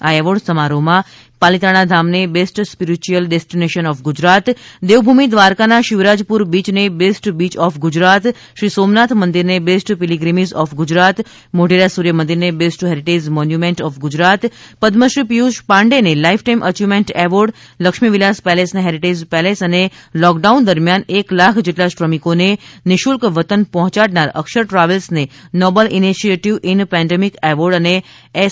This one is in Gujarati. આ એવોર્ડ સમારોહમાં પાલીતાણા ધામને best spiritual destination of Gujarat Devbhumi દ્વારકાના શિવરાજપુર બીચને best beach of Gujarat Shri Somnath મંદીરને best pilgrimage of Gujarat Modhera સૂર્થમંદિરને best heritage monument of Gujarat Padmashri Piyush પાંડેને લાઈફટાઈમ અચીવમેન્ટ એવોર્ડ લક્ષ્મીવિલાસ પેલેસને હેરિટેજ પેલેસ અને લોકડાઉન દરમિયાન એક લાખ જેટલા શ્રમિકોને નિઃશુલ્ક વતન પહોંચાડનાર અક્ષર ટ્રાવેલ્સને noble initiative in pandemic award અને એસ